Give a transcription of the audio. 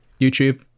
YouTube